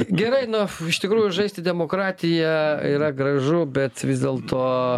gerai nu iš tikrųjų žaisti demokratiją yra gražu bet vis dėlto